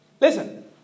Listen